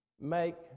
make